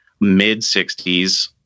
mid-60s